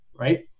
right